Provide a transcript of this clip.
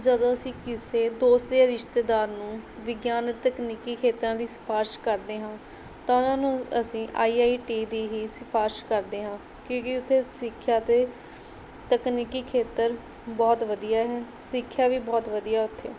ਜਦੋਂ ਅਸੀਂ ਕਿਸੇ ਦੋਸਤ ਜਾਂ ਰਿਸ਼ਤੇਦਾਰ ਨੂੰ ਵਿਗਿਆਨ ਅਤੇ ਤਕਨੀਕੀ ਖੇਤਰਾਂ ਦੀ ਸਿਫਾਰਿਸ਼ ਕਰਦੇ ਹਾਂ ਤਾਂ ਉਹਨਾਂ ਨੂੰ ਅਸੀਂ ਆਈ ਆਈ ਟੀ ਦੀ ਹੀ ਸਿਫਾਰਿਸ਼ ਕਰਦੇ ਹਾਂ ਕਿਉਂਕਿ ਉੱਥੇ ਸਿੱਖਿਆ ਅਤੇ ਤਕਨੀਕੀ ਖੇਤਰ ਬਹੁਤ ਵਧੀਆ ਹੈ ਸਿੱਖਿਆ ਵੀ ਬਹੁਤ ਵਧੀਆ ਉੱਥੇ